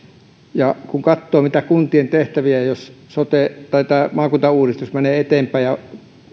kun katsoo mitä tehtäviä kunnille jää jos tämä maakuntauudistus menee eteenpäin ja